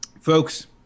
folks